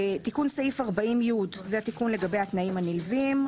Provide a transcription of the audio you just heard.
תיקון סעיף 40י זה תיקון לגבי התנאים הנלווים.